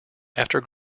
after